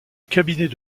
cabinet